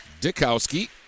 Dikowski